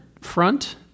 front